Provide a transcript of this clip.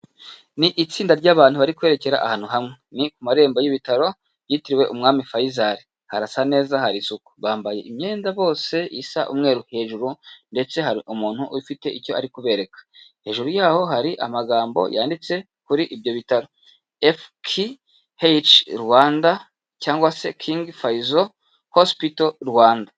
Ni itsinda ry'abantu bari kwerekera ahantu hamwe ku marembo y'ibitaro byitiriwe umwami Faisal harasa neza hari isuku, bambaye imyenda bose isa umweru hejuru ndetse hari umuntu ufite icyo ari kubereka, hejuru yaho hari amagambo yanditse kuri ibyo bitaro FKh Rwanda cyangwa se king Fayizo hospital Rwanda.